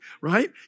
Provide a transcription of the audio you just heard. Right